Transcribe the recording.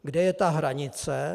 Kde je ta hranice?